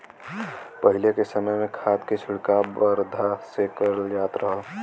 पहिले के समय में खाद के छिड़काव बरधा से करल जात रहल